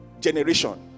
generation